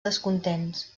descontents